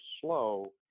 slow